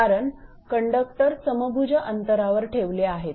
कारण कंडक्टर समभुज अंतरावर ठेवले आहे